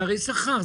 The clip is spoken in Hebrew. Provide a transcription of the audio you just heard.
זה הרי שכר,